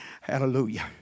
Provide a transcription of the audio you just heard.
hallelujah